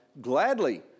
gladly